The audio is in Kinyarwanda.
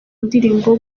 ndirimbo